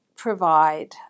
Provide